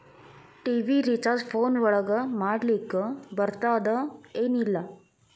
TV recharge phone ಒಳಗ ಮಾಡ್ಲಿಕ್ ಬರ್ತಾದ ಏನ್ ಇಲ್ಲ?